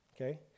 okay